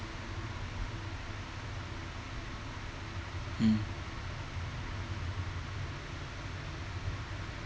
mm